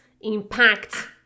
impact